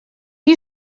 you